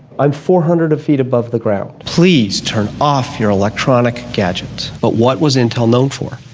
i'm four hundred feet above the ground. please turn off your electronic gadgets. but what was intel known for?